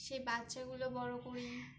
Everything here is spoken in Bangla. সেই বাচ্চাগুলো বড়ো করি